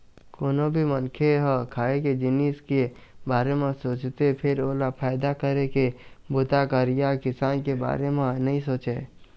कोनो भी मनखे ह खाए के जिनिस के बारे म सोचथे फेर ओला फायदा करे के बूता करइया किसान के बारे म नइ सोचय